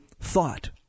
thought